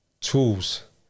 Tools